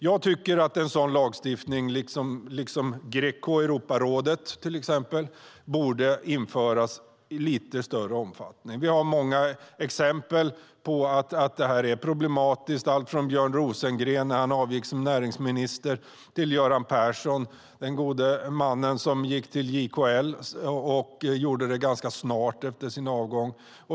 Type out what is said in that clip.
Jag tycker liksom Greco i Europarådet att en sådan lagstiftning borde införas i lite större omfattning. Vi har många exempel på att detta är problematiskt - allt från Björn Rosengren när han avgick som näringsminister till Göran Persson som gick till JKL strax efter sin avgång.